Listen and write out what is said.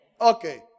Okay